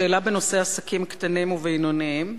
בנושא עסקים קטנים ובינוניים: